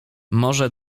może